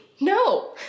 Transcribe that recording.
No